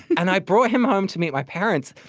and i brought him home to meet my parents,